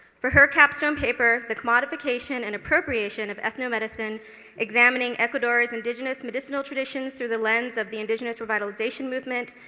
for her capstone paper, the commodification and appropriation of ethnomedicines examining ecuador's indigenous medicinal traditions through the lens of the indigenous revitalization movement,